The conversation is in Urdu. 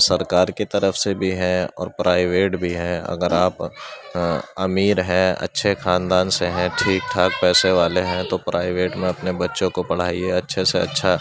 سرکار کی طرف سے بھی ہیں اور پرائیویٹ بھی ہیں اگر آپ امیر ہیں اچھے خاندان سے ہیں ٹھیک ٹھاک پیسے والے ہیں تو پرائیویٹ میں اپنے بّچوں کو پڑھائیے اچّھے سے اچھا